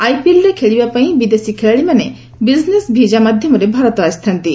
ଆଇପିଏଲ୍ରେ ଖେଳିବା ପାଇଁ ବିଦେଶୀ ଖେଳାଳିମାନେ ବିଜିନେସ୍ ଭିଜା ମାଧ୍ୟମରେ ଭାରତ ଆସିଥାନ୍ତି